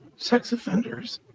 sex offenders.